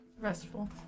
Restful